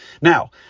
Now